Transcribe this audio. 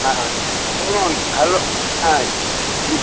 হ্যাঁ শুনুন হ্যালো হ্যাঁ কী